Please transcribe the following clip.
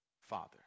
Father